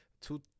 two